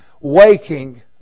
waking